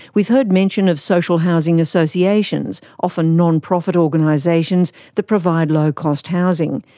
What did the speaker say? we've heard mention of social housing associations, often non-profit organisations that provide low cost housing.